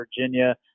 Virginia